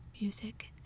music